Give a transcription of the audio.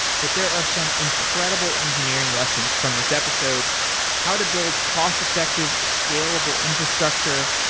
but there are some incredible engineering lessons from this episode how to build cost-effective scalable infrastructure.